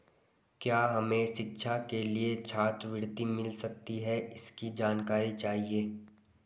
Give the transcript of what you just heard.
क्या हमें शिक्षा के लिए छात्रवृत्ति मिल सकती है इसकी जानकारी चाहिए?